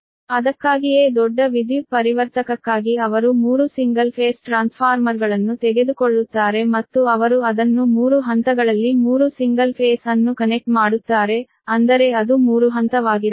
ಅದಕ್ಕಾಗಿಯೇ ದೊಡ್ಡ ವಿದ್ಯುತ್ ಪರಿವರ್ತಕಕ್ಕಾಗಿ ಅವರು 3 ಸಿಂಗಲ್ ಫೇಸ್ ಟ್ರಾನ್ಸ್ಫಾರ್ಮರ್ಗಳನ್ನು ತೆಗೆದುಕೊಳ್ಳುತ್ತಾರೆ ಮತ್ತು ಅವರು ಅದನ್ನು 3 ಹಂತಗಳಲ್ಲಿ 3 ಸಿಂಗಲ್ ಫೇಸ್ ಅನ್ನು ಕನೆಕ್ಟ್ ಮಾಡುತ್ತಾರೆ ಅಂದರೆ ಅದು 3 ಹಂತವಾಗಿರಬೇಕು